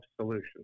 solutions